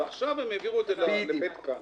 ועכשיו הם העבירו את זה לבית "כאן".